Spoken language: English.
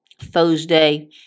Thursday